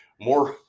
more